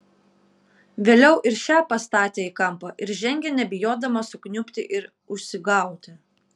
vėliau ir šią pastatė į kampą ir žengė nebijodama sukniubti ir užsigauti